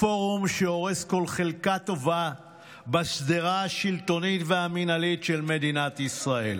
הפורום שהורס כל חלקה טובה בשדרה השלטונית והמינהלית של מדינת ישראל.